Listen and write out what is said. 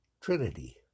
Trinity